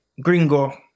Gringo